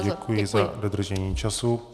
Děkuji za dodržení času.